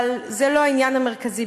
אבל זה לא העניין המרכזי.